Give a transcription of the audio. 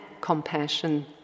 compassion